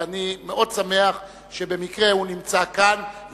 ואני מאוד שמח שבמקרה הוא נמצא כאן,